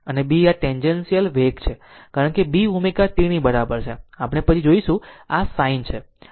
અને B એ tangential વેગ છે કારણ કે B ω t ની બરાબર છે આપણે પછી જોશું અને આ sin છે